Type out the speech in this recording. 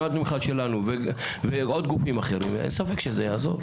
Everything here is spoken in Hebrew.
נוהל תמיכה שלנו ועוד גופים אחרים ואין ספק שזה יעזור.